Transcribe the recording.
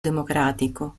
democratico